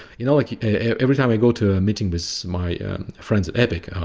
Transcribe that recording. you know like every time i go to a meeting with my friends at epic,